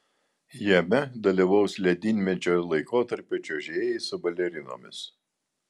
jame dalyvaus ledynmečio laikotarpio čiuožėjai su balerinomis